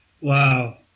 Wow